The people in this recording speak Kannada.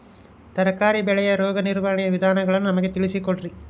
ತರಕಾರಿ ಬೆಳೆಯ ರೋಗ ನಿರ್ವಹಣೆಯ ವಿಧಾನಗಳನ್ನು ನಮಗೆ ತಿಳಿಸಿ ಕೊಡ್ರಿ?